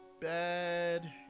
bad